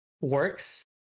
works